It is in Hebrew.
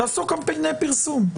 תעשו קמפיין פרסום.